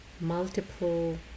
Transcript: multiple